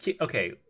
okay